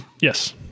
Yes